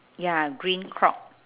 ya green clock